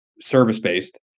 service-based